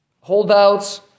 holdouts